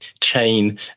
chain